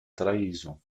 trahison